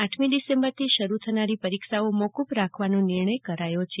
આઠમી ડિસેમ્બરથી શરૂ થનારી પરીક્ષાઓ મોકૂફ રાખવાનો નિર્ણય કરાયો છે